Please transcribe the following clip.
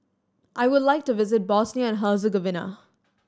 I would like to visit Bosnia and Herzegovina